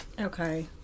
Okay